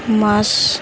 মাছ